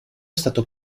stato